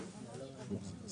כוח אדם אחד והשאלה